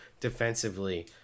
defensively